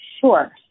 Sure